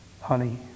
honey